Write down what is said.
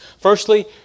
Firstly